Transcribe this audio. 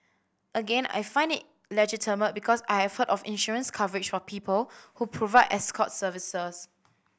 again I found it legitimate because I have heard of insurance coverage for people who provide escort services